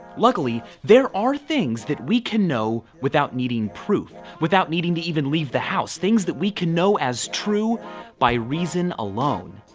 luckily, there are things that we can know without needing proof, without needing to even leave the house, things that we can know as true by reason alone.